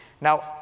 Now